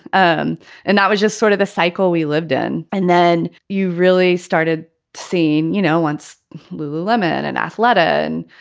um and i was just sort of the cycle we lived in. and then you really started seeing, you know, once lululemon and athleta and,